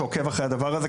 שעוקבת אחרי הדבר הזה,